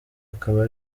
akaba